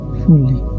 fully